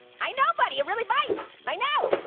i know, buddy, it really bites. i know